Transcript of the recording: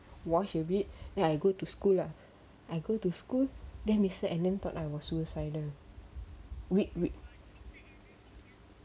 decided or I'll just wash a bit then I go to school lah I go to school then mister alan thought I was suicidal weak weak